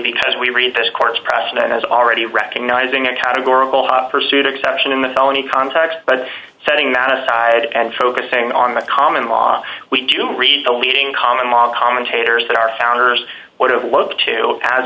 because we read this court's precedent as already recognizing a categorical hot pursuit exception in the felony context but setting that aside and focusing on the common law we do read the leading common law commentators that our founders would have looked to as